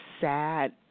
sad